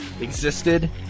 existed